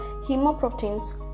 hemoproteins